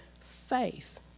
faith